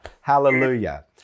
Hallelujah